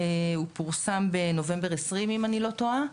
הוא פורסם בנובמבר 20' אם אני לא טועה,